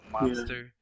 monster